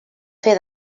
fer